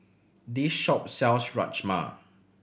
this shop sells Rajma